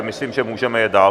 Myslím, že můžeme jet dál.